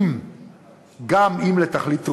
גם אם לתכלית ראויה,